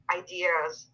ideas